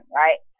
right